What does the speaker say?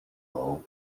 love